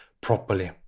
properly